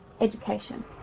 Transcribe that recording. education